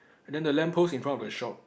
and then the lamp post in front of the shop